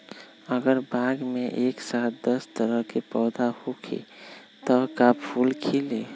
अगर बाग मे एक साथ दस तरह के पौधा होखि त का फुल खिली?